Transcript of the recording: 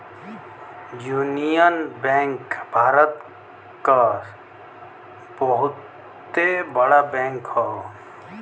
union bank Bharat क बहुते बड़ा बैंक हौ